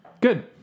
Good